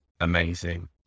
amazing